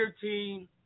team